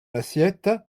assiette